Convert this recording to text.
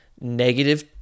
negative